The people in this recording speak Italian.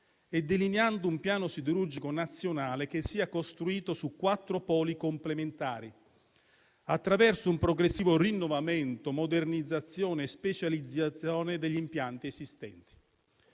e delineando un piano siderurgico nazionale che sia costruito su quattro poli complementari, attraverso un progressivo percorso di rinnovamento, modernizzazione e specializzazione degli impianti esistenti.